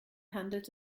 handelt